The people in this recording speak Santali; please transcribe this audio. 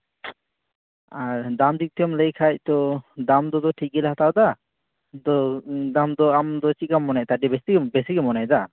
ᱟᱨ ᱫᱟᱢ ᱫᱤᱠ ᱛᱷᱮᱠᱮᱢ ᱞᱟᱹᱭ ᱠᱷᱟᱱ ᱫᱚ ᱫᱟᱢ ᱫᱚᱛᱚ ᱴᱷᱤᱠ ᱜᱮᱞᱮ ᱦᱟᱛᱟᱣᱫᱟ ᱟᱫᱚ ᱫᱟᱢ ᱫᱚ ᱟᱢ ᱫᱚ ᱪᱮᱫᱞᱮᱠᱟᱢ ᱢᱚᱱᱮᱭᱮᱫ ᱛᱮ ᱟᱹᱰᱤ ᱵᱤᱥᱤ ᱵᱤᱥᱤ ᱜᱮᱢ ᱢᱚᱱᱮᱭᱫᱟ